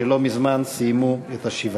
שלא מזמן סיימו את השבעה.